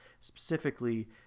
specifically